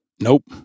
Nope